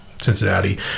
Cincinnati